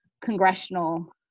congressional